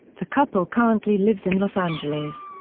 the couple currently lives in los angeles.